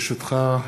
ברשותך,